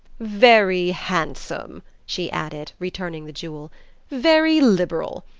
very handsome, she added, returning the jewel very liberal.